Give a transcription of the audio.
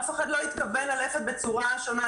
אף אחד לא התכוון ללכת בצורה שונה,